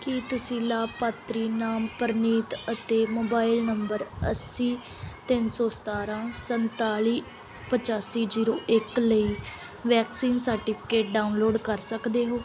ਕੀ ਤੁਸੀਂ ਲਾਭਪਾਤਰੀ ਨਾਮ ਪ੍ਰਨੀਤ ਅਤੇ ਮੋਬਾਈਲ ਨੰਬਰ ਅੱਸੀ ਤਿੰਨ ਸੌ ਸਤਾਰ੍ਹਾਂ ਸੰਤਾਲੀ ਪਚਾਸੀ ਜ਼ੀਰੋ ਇੱਕ ਲਈ ਵੈਕਸੀਨ ਸਰਟੀਫਿਕੇਟ ਡਾਊਨਲੋਡ ਕਰ ਸਕਦੇ ਹੋ